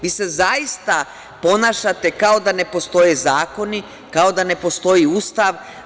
Vi se zaista ponašate kao da ne postoje zakoni, kao da ne postoji Ustav.